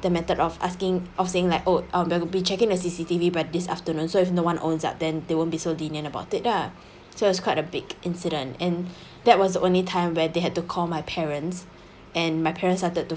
the method of asking of saying like oh I'll be be checking the C_C_T_V by this afternoon so if no one owns up then they won't be so lenient about it ah so it's quite a big incident and that was the only time where they had to call my parents and my parents started to